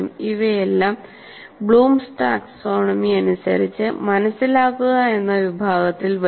ഇവയെല്ലാം Bloom's taxonomy അനുസരിച്ച് മനസ്സിലാക്കുക എന്ന വിഭാഗത്തിൽ വരും